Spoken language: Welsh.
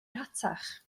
rhatach